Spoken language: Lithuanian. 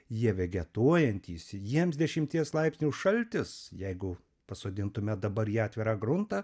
jie vegetuojantys jiems dešimties laipsnių šaltis jeigu pasodintume dabar į atvirą gruntą